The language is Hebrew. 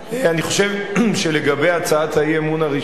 אני חושב שלגבי הצעת האי-אמון הראשונה,